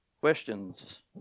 Questions